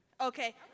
Okay